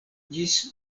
ĝis